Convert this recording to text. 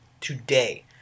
today